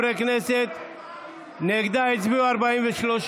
הגבלות מוסכמות על שירות וציוד